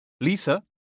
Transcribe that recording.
Lisa